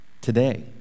today